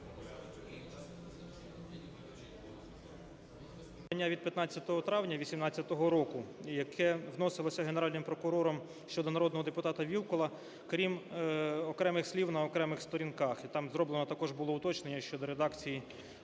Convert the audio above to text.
подання від 15 травня 18-го року, яке вносилося Генеральним прокурором щодо народного депутата Вілкула, крім окремих слів на окремих сторінках, і там зроблено також було уточнення щодо редакції